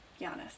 Giannis